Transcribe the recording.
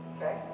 Okay